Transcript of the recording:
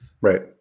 right